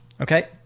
Okay